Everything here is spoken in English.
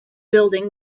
building